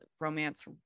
romance